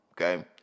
okay